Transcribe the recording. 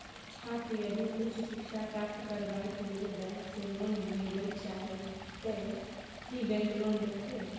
छात्र यदि उच्च शिक्षा प्राप्त करबैक लेल बैंक से लोन लेबे चाहे ते की बैंक लोन देतै?